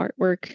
artwork